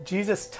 Jesus